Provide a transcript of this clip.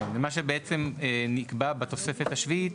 ‬‬‬‬‬‬‬‬‬‬‬‬‬‬‬‬‬‬‬‬ מה שנקבע בתוספת השביעית,